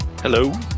Hello